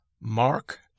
Mark